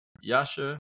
Yasha